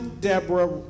Deborah